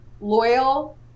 loyal